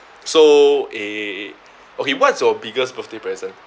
so eh okay what's your biggest birthday present